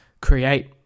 create